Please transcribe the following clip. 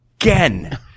again